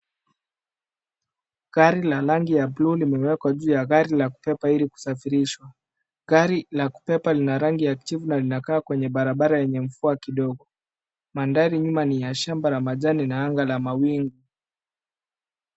Gari ya rangi ya buluu limewekwa juu ya gari la kubeba ili kusafirishwa. Gari la kubeba lina rangi ya kijivu na linakaa kwenye barabara yenye mvua kidogo. Mandhari nyuma ni ya shamba la majani na anga la mawingu.